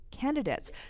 candidates